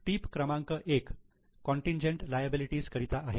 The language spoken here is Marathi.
टीप क्रमांक 1 कॉन्टिनजेन्ट लायबिलिटी करिता आहे